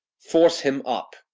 force him up.